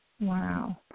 Wow